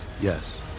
Yes